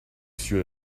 suis